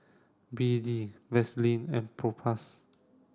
B D Vaselin and Propass